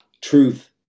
truth